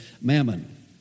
mammon